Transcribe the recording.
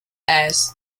airs